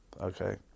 Okay